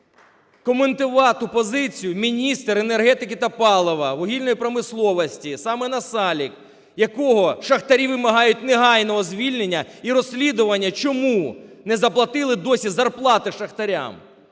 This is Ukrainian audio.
коментувати позицію міністр енергетики та палива, вугільної промисловості, саме Насалик, якого шахтарі вимагають негайного звільнення і розслідування, чому не заплатили досі зарплати шахтарям.